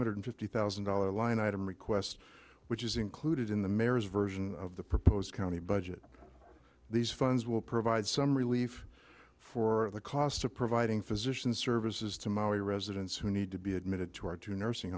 hundred fifty thousand dollars line item request which is included in the mayor's version of the proposed county budget these funds will provide some relief for the cost of providing physician services to maui residents who need to be admitted to our two nursing